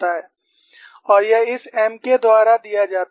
और यह इस M k द्वारा दिया जाता है